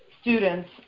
students